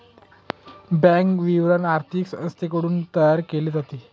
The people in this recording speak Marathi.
बँक विवरण आर्थिक संस्थांकडून तयार केले जाते